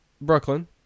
Brooklyn